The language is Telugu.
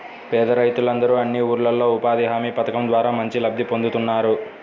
పేద రైతులందరూ అన్ని ఊర్లల్లో ఉపాధి హామీ పథకం ద్వారా మంచి లబ్ధి పొందుతున్నారు